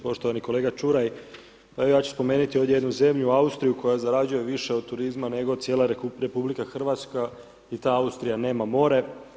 Poštovani kolega Čuraj, pa evo, ja ću spomenuti ovdje jednu zemlju Austriju koja zarađuje više od turizma, nego cijela RH i ta Austrija nema more.